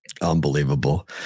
Unbelievable